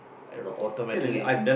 I automatically